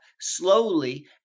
slowly